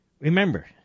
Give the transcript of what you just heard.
Remember